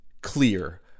clear